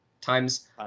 times